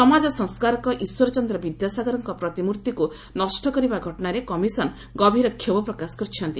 ସମାଜ ସଂସ୍କାରକ ଈଶ୍ୱରଚନ୍ଦ୍ର ବିଦ୍ୟାସାଗରଙ୍କ ପ୍ରତିମୂର୍ତ୍ତିକୁ ନଷ୍ଟ କରିବା ଘଟଣାରେ କମିଶନ ଗଭୀର କ୍ଷୋଭ ପ୍ରକାଶ କରିଛନ୍ତି